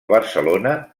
barcelona